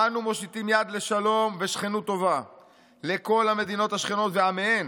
אנו מושיטים יד לשלום ושכנות טובה לכל המדינה השכנות ועמיהן,